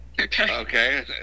okay